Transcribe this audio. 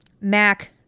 mac